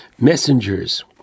messengers